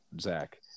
Zach